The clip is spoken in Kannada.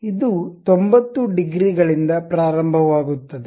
ಇದು 90 ಡಿಗ್ರಿಗಳಿಂದ ಪ್ರಾರಂಭವಾಗುತ್ತದೆ